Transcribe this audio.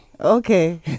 Okay